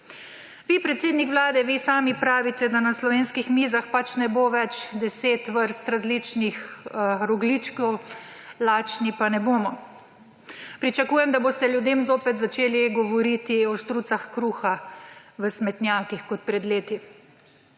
Vi, predsednik Vlade, vi sami pravite, da na slovenskih mizah ne bo več 10 vrst različnih rogljičkov, lačni pa ne bomo. Pričakujem, da boste ljudem zopet začeli govoriti o štrucah kruha v smetnjakih kot pred leti,